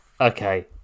Okay